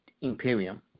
Imperium